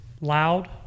loud